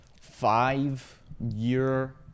five-year